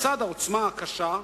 לצד העוצמה הקשה,